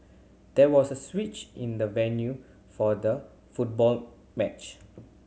there was a switch in the venue for the football match